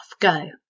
go